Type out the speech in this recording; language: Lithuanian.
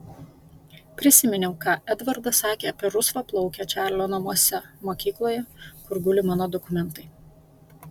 prisiminiau ką edvardas sakė apie rusvaplaukę čarlio namuose mokykloje kur guli mano dokumentai